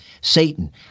Satan